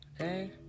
Okay